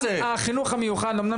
מערכת החינוך אמנם החינוך המיוחד אמנם